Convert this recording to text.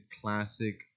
classic